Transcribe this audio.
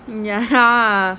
mm ya